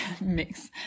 mix